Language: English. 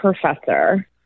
professor